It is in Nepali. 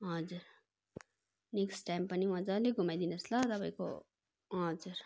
हजुर नेक्स्ट टाइम पनि मजाले घुमाइदिनु होस् ल तपाईँको हजुर